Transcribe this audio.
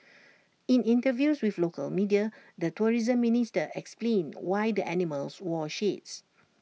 in interviews with local media the tourism minister explained why the animals wore shades